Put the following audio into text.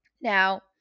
Now